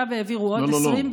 עכשיו העבירו עוד 20,